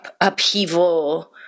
upheaval